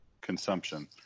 consumption